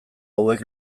hauek